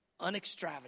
unextravagant